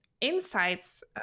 Insights